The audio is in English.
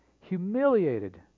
humiliated